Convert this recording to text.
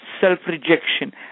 self-rejection